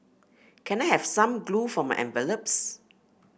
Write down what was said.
can I have some glue for my envelopes